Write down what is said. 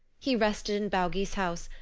he rested in baugi's house,